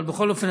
אבל בכל אופן,